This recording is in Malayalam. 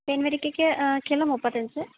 തേൻനെല്ലിക്കയ്ക്ക് കിലോ മുപ്പത്തഞ്ച്